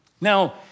Now